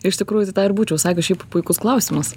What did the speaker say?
iš tikrųjų tai dar būčiau sakius šiaip puikus klausimas